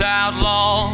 outlaw